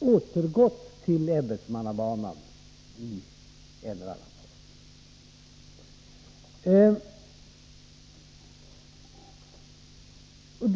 återgått till ämbetsmannabanan i en eller annan form.